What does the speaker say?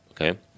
okay